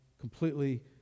completely